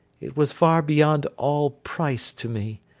it was far beyond all price to me.